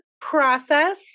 process